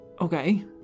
Okay